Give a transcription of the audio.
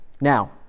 Now